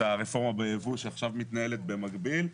הרפורמה ביבוא שעכשיו מתנהלת במקביל.